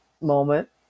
moment